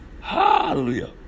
Hallelujah